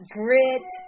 grit